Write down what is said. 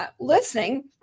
listening